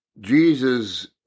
Jesus